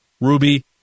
Ruby